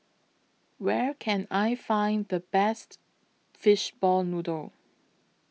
Where Can I Find The Best Fishball Noodle